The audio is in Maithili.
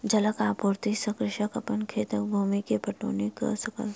जलक आपूर्ति से कृषक अपन खेतक भूमि के पटौनी कअ सकल